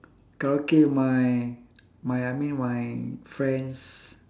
karaoke my my I mean my friends